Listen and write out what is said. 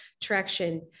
traction